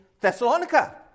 Thessalonica